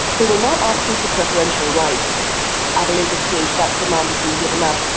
they were not asking for preferential rights at a later stage that demand had been given up